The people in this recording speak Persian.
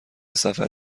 سفر